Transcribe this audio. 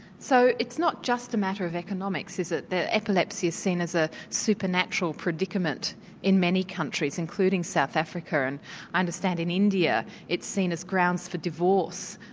so it's not just a matter of economics, is it epilepsy is seen as a supernatural predicament in many countries, including south africa and i understand in india it's seen as grounds for divorce,